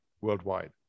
worldwide